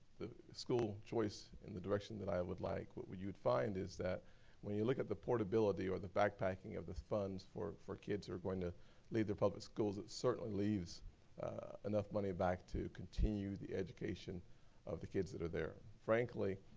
the school choice in the direction that i would like, what you would find is that when you look at the portability or the backpacking of the funds for for kids who are going to leave their public schools, it certainly leaves enough money back to continue the education of the kids that are there. frankly,